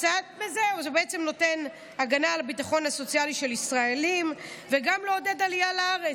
זה בעצם נותן הגנה לביטחון הסוציאלי של ישראלים וגם מעודד עלייה לארץ,